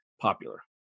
popular